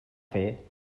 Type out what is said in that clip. fer